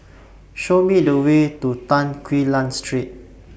Show Me The Way to Tan Quee Lan Street